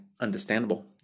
understandable